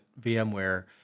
VMware